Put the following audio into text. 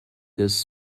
this